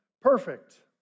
perfect